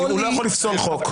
הוא לא יכול לפסול חוק.